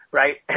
right